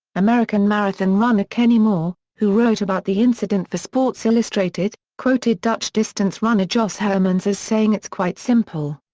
american marathon runner kenny moore, who wrote about the incident for sports illustrated, quoted dutch distance runner jos hermens as saying it's quite simple.